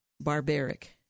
barbaric